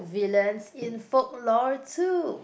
villans in folklore too